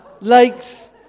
lakes